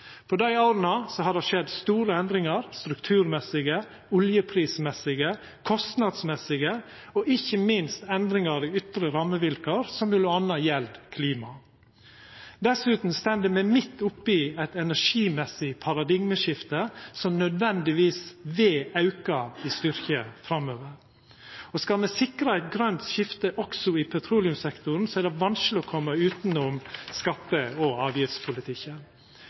På dei åra har det skjedd store endringar når det gjeld struktur, oljepris, kostnader og ikkje minst i dei ytre rammevilkåra som m.a. gjeld klima. Dessutan står me midt opp i eit energimessig paradigmeskifte som nødvendigvis vil auka i styrke framover. Skal me sikra eit grønt skifte også i petroleumssektoren, er det vanskeleg å koma utanom skatte- og avgiftspolitikken.